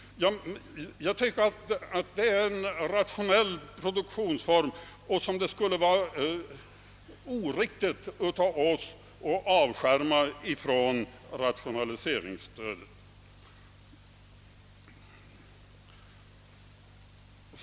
Jag tycker att det är en rationell produktionsform, som det skulle vara oriktigt av oss att avskärma från rationaliseringsstödet.